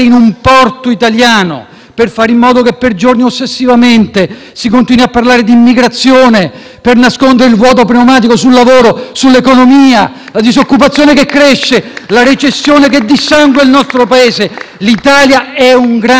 per nascondere il vuoto pneumatico sul lavoro e sull'economia, la disoccupazione che cresce e la recessione che dissangua il nostro Paese. *(Applausi dal Gruppo PD)*. L'Italia è un grande Paese, non merita questa vergogna e che si tengano in ostaggio persone inermi,